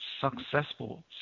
successful